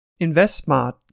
InvestSmart